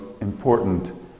important